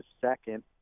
second